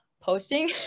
posting